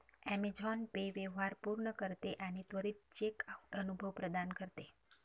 Amazon Pay व्यवहार पूर्ण करते आणि त्वरित चेकआउट अनुभव प्रदान करते